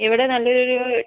ഇവിടെ നല്ലൊരു